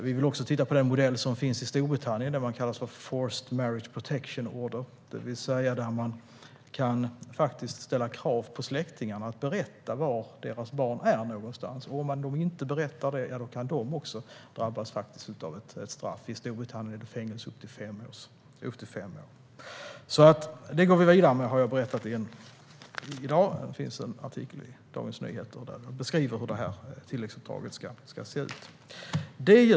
Vi vill också titta på den modell som finns i Storbritannien, forced marriage protection order, där man faktiskt kan ställa krav på släktingarna att berätta var deras barn är någonstans. Om de då inte berättar det kan även de drabbas av ett straff. I Storbritannien är det fängelse upp till fem år. Detta går vi alltså vidare med, vilket jag har berättat i dag. I Dagens Nyheter finns en artikel där jag beskriver hur det här tilläggsuppdraget ska se ut.